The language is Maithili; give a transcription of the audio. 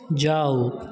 जाउ